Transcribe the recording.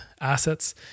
assets